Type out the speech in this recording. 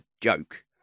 joke